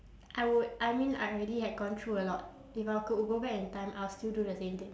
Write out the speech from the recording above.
I would I mean I already had gone through a lot if I could go back in time I would still do the same thing